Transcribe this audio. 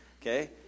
okay